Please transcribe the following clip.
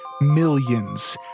millions